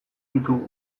ditugu